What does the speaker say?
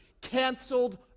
canceled